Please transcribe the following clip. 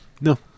No